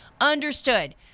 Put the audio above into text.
Understood